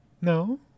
No